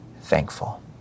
thankful